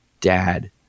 dad